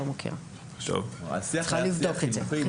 אני צריכה לבדוק את זה.